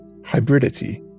Hybridity